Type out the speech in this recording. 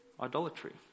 idolatry